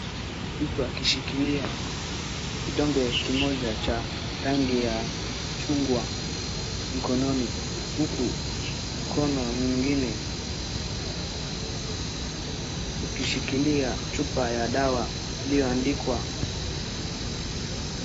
Mtu akishikilia kidonge kimoja cha rangi ya mchungwa mkononi, huku mkono mwingine, ukishikilia chupa ya dawa lililoandikwa...